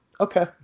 okay